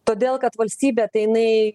todėl kad valstybė tai jinai